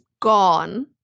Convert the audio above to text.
gone